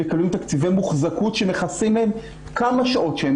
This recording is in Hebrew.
מקבלים תקציבי מוחזקות שמכסים להם כמה שעות שהם